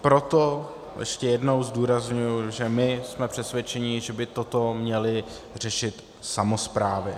Proto ještě jednou zdůrazňuji, že jsme přesvědčeni, že by toto měly řešit samosprávy.